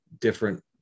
different